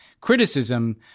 criticism